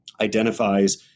identifies